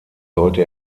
sollte